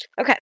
Okay